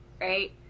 right